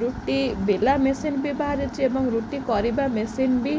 ରୁଟି ବେଲା ମେସିନ୍ ବି ବାହାରିଛି ଏବଂ ରୁଟି କରିବା ମେସିନ୍ ବି